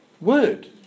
word